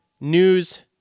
news